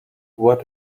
what